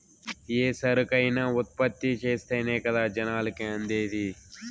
ఏ సరుకైనా ఉత్పత్తి చేస్తేనే కదా జనాలకి అందేది